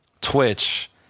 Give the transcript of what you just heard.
Twitch